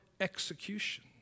execution